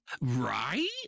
right